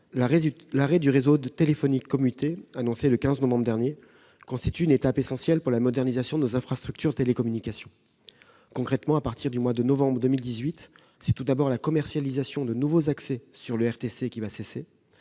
l'arrêt du RTC, annoncé le 15 novembre dernier, constitue une étape essentielle pour la modernisation de nos infrastructures de télécommunications. Concrètement, à partir du mois de novembre 2018, c'est tout d'abord la commercialisation de nouveaux accès sur le RTC qui va cesser.